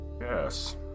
Yes